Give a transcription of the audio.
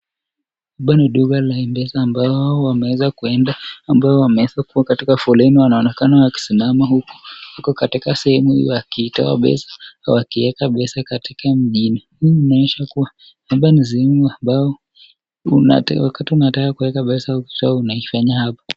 Hapa ni duka la m-pesa ambao wameeza kuenda ambao wameeza kuwa katika foleni wanaonekana wakisimama huku katika sehemu hii wakiitoa pesa wakieka pesa katika mjini. Hii inaonyesha kuwa hapa ni sehemu ambayo wakati unataka kuweka pesa ukitoa unaifanya hapa.